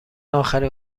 آخرین